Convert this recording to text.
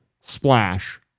Splash